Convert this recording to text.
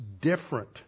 different